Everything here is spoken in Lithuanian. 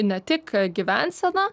ne tik gyvensena